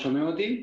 שומעים אותי?